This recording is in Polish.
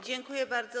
Dziękuję bardzo.